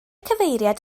cyfeiriad